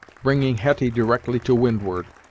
bringing hetty directly to windward,